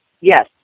Yes